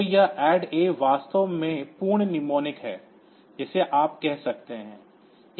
तो यह ADD A वास्तव में पूर्ण mnemonic है जिसे आप कह सकते हैं